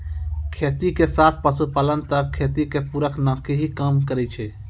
खेती के साथ पशुपालन त खेती के पूरक नाकी हीं काम करै छै